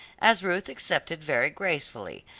as ruth accepted very gracefully,